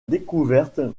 découverte